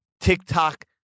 TikTok